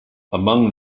among